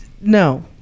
No